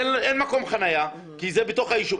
אין מקום חנייה כי זה בתוך היישוב.